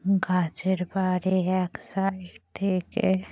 গাছের পাড়ে এক সাইড থেকে